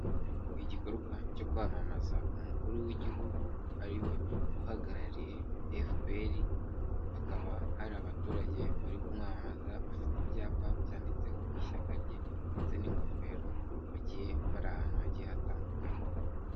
Igikorwa cyo kwamamaza umukuru w'igihugu ariwe uhagarariye FPR hakaba hari abaturage bari ku mwamamaza, bafite ibyapa byanditseho ishyaka rye ndetse n'ingofero bagiye bari ahantu hagiye hatandukanye.